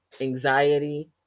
anxiety